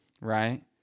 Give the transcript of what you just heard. right